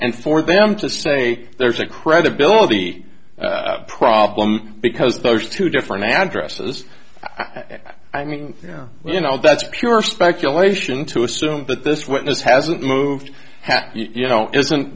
and for them to say there's a credibility problem because those two different addresses i mean you know that's pure speculation to assume that this witness hasn't moved you know it isn't